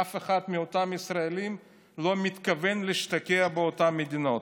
מאותם ישראלים לא מתכוון להשתקע באותן מדינות.